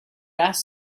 ask